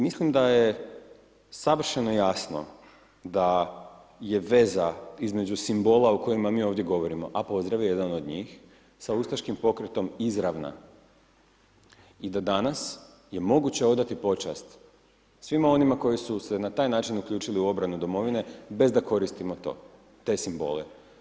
Mislim da je savršeno jasno da je veza između simbola o kojima mi ovdje govorimo, a pozdrav je jedan od njih, sa ustaškim pokretom izravna i da danas je moguće odati počast svima onima koji su se na taj način uključili u obranu domovine bez da koristimo to, te simbole.